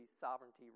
sovereignty